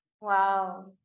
Wow